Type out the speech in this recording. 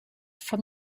from